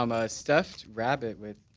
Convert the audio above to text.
um a stuffed rabbit with